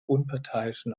unparteiischen